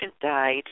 died